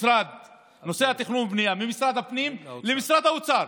נושא תכנון ובנייה ממשרד הפנים למשרד האוצר,